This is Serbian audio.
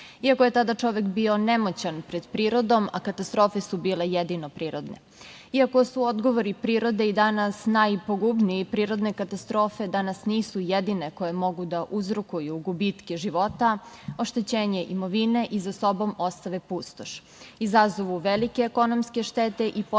iako je tada čovek bio nemoćan pred prirodom, a katastrofe su bile jedino prirodne. Iako su odgovori prirode i danas najpogubniji, prirodne katastrofe danas nisu jedine koje mogu da uzrokuju gubitke života, oštećenje imovine, za sobom ostave pustoš, izazovu velike ekonomske štete i potpuno